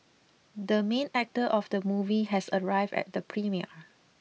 the main actor of the movie has arrived at the premiere